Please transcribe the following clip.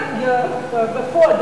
בפועל,